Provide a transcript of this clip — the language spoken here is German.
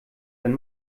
wenn